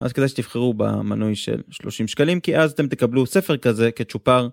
אז כדאי שתבחרו במנוי של 30 שקלים כי אז אתם תקבלו ספר כזה כצ'ופר